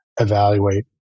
evaluate